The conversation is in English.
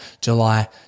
July